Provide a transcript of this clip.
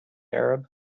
arab